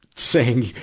saying,